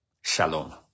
Shalom